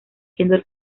siendo